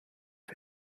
had